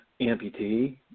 amputee